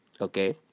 okay